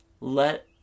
Let